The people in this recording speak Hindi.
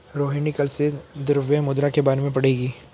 रोहिणी कल से द्रव्य मुद्रा के बारे में पढ़ेगी